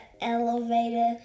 elevator